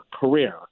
career